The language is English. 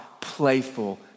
playful